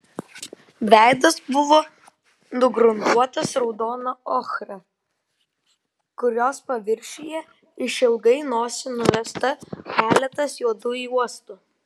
veidas buvo nugruntuotas raudona ochra kurios paviršiuje išilgai nosį nuvesta keletas juodų juostų